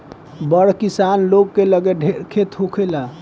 बड़ किसान लोग के लगे ढेर खेत होखेला